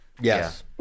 Yes